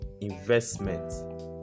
investment